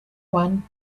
one